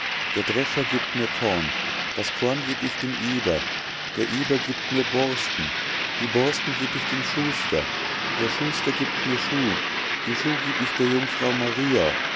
der drescher giebt mir korn das korn geb ich dem eber der eber giebt mir borsten die borsten geb ich dem schuster der schuster giebt mir schuh die schuh geb ich der jungfrau maria